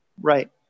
right